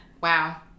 wow